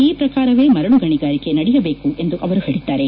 ಈ ಪ್ರಕಾರವೇ ಮರಳು ಗಣಿಗಾರಿಕೆ ನಡೆಯಬೇಕು ಎಂದು ಅವರು ಹೇಳಿದ್ದಾರೆ